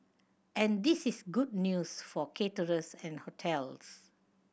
and this is good news for caterers and hotels